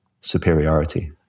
superiority